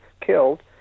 killed